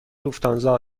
لوفتانزا